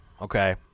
okay